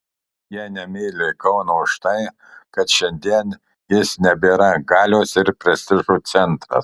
jie nemyli kauno už tai kad šiandien jis nebėra galios ir prestižo centras